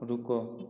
रुको